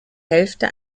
hälfte